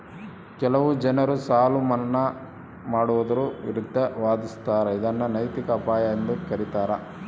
ಕೆಲವು ಜನರು ಸಾಲ ಮನ್ನಾ ಮಾಡುವುದರ ವಿರುದ್ಧ ವಾದಿಸ್ತರ ಇದನ್ನು ನೈತಿಕ ಅಪಾಯ ಎಂದು ಕರೀತಾರ